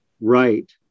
right